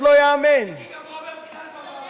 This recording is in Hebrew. הנה גם רוברט אילטוב.